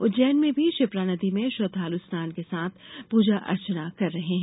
उज्जैन में भी क्षिप्रा नदी में श्रद्दालु स्नान के साथ के पूजा अर्चना कर रहे हैं